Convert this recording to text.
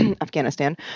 Afghanistan